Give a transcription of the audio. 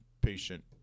patient